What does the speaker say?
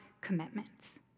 commitments